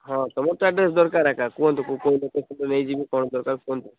ହଁ ତୁମର ତ ଏବେ ଦରକାରଆକା କୁହନ୍ତୁ କେଉଁ କେଉଁ ନେଇଯିବି କ'ଣ ଦରକାର କୁହନ୍ତୁ